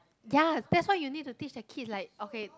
ya that's why you need to teach the kids like okay